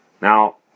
Now